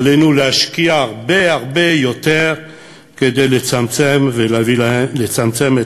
עלינו להשקיע הרבה הרבה יותר כדי לצמצם את